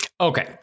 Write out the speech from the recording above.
Okay